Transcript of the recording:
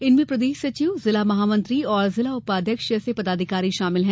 इनमें प्रदेश सचिव जिला महामंत्री और जिला उपाध्यक्ष जैसे पदाधिकारी शामिल हैं